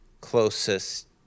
closest